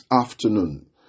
afternoon